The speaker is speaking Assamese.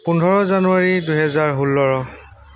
পোন্ধৰ জানুৱাৰী দুহেজাৰ ষোল্ল